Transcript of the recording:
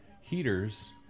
heaters